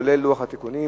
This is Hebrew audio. כולל לוח התיקונים,